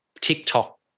TikTok